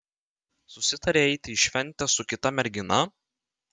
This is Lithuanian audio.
susitarei eiti į šventę su kita mergina